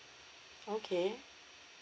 okay